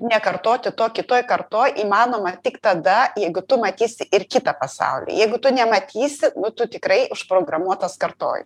nekartoti to kitoj kartoj įmanoma tik tada jeigu tu matysi ir kitą pasaulį jeigu tu nematysi nu tu tikrai užprogramuotos kartoji